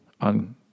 on